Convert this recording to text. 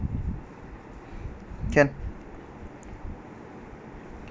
can